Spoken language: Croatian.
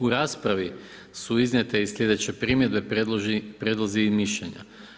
U raspravi su iznijete i sljedeće primjedbe, prijedlozi mišljenja.